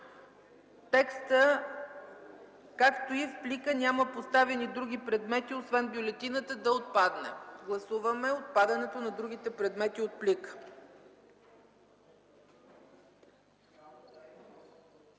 текстът „както и в плика няма поставени други предмети, освен бюлетината” да отпадне. Гласуваме отпадането на другите предмети от плика.